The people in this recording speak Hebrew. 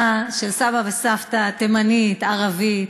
סבא וסבתא הייתה תימנית-ערבית.